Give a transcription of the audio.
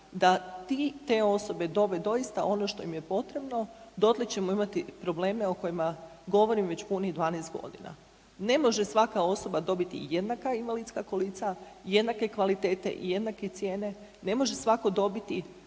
da ti, te osobe dobe doista ono što im je potrebno dotle ćemo imati probleme o kojima govorim već punih 12 godina. Ne može svaka osoba dobiti jednaka invalidska kolica, jednake kvalitete i jednake cijene, ne može svako dobiti